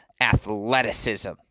athleticism